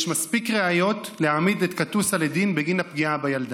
יש מספיק ראיות להעמיד את קטוסה לדין בגין הפגיעה בילדה.